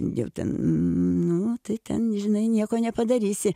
jau ten nu tai ten žinai nieko nepadarysi